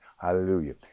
hallelujah